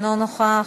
אינו נוכח,